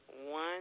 one